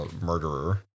murderer